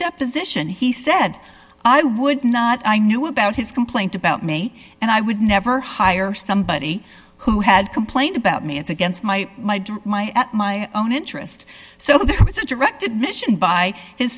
deposition he said i would not i knew about his complaint about me and i would never hire somebody who had complained about me it's against my my do my at my own interest so there was a direct admission by his